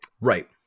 Right